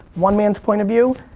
one man's point of view,